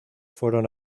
fueron